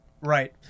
Right